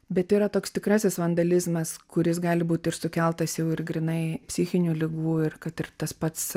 bet yra toks tikrasis vandalizmas kuris gali būti ir sukeltas jau ir grynai psichinių ligų ir kad ir tas pats